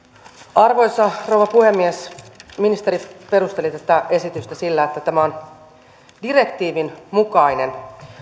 arvoisa rouva puhemies ministeri perusteli tätä esitystä sillä että tämä on direktiivin mukainen